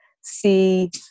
see